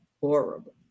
horrible